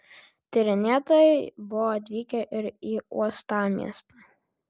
tyrinėtojai buvo atvykę ir į uostamiestį